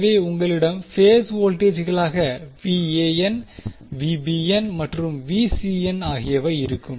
எனவே உங்களிடம் பேஸ் வோல்டேஜ்களாக மற்றும் ஆகியவை இருக்கும்